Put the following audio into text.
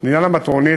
לעניין המטרונית,